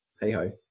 hey-ho